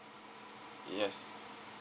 yes